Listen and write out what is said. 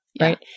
right